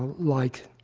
like